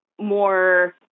more